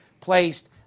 placed